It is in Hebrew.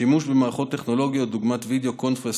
שימוש במערכות טכנולוגיות דוגמת וידיאו קונפרנס